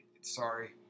sorry